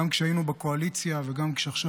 גם כשהיינו בקואליציה וגם עכשיו,